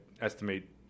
estimate